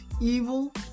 evil